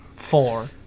Four